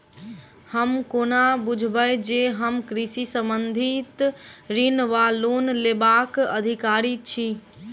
हम कोना बुझबै जे हम कृषि संबंधित ऋण वा लोन लेबाक अधिकारी छी?